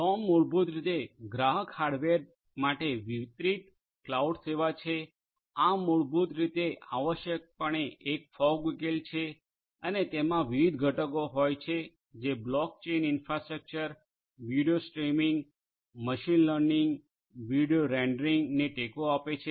સોમ મૂળભૂત રીતે ગ્રાહક હાર્ડવેર માટે વિતરિત ક્લાઉડ સેવા છે આ મૂળભૂત રીતે આવશ્યકપણે એક ફોગ ઉકેલ છે અને તેમાં વિવિધ ઘટકો હોય છે જે block chain infrastructure video streaming machine learning video rendering ને ટેકો આપે છે